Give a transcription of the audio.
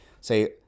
say